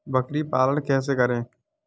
बकरी पालन कैसे करें?